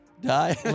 Die